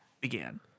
began